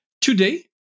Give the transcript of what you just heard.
Today